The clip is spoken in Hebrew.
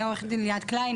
עורכת דין ליאת קליין,